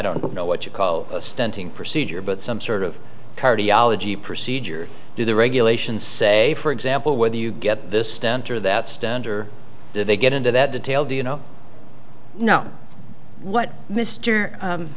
don't know what you call a stenting procedure but some sort of cardiology procedure do the regulations say for example whether you get this stent or that stander do they get into that detail do you know no what m